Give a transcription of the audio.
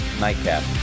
Nightcap